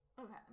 Okay